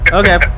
okay